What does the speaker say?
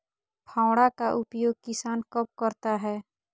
फावड़ा का उपयोग किसान कब करता है?